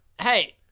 Hey